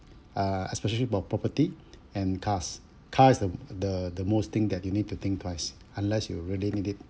uh especially about property and cars car is the the the most thing that you need to think twice unless you really need it